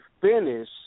finish